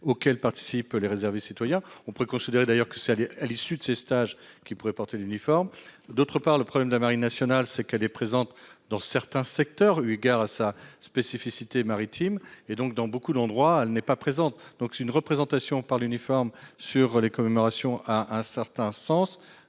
auquel participent les réserves citoyen on peut considérer d'ailleurs que ça allait à l'issue de ces stages qui pourrait porter l'uniforme. D'autre part le problème de la marine nationale, c'est qu'elle est présente dans certains secteurs Hugard sa spécificité maritime et donc, dans beaucoup d'endroits, elle n'est pas présente. Donc c'est une représentation par l'uniforme sur les commémorations à un certain sens